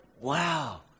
wow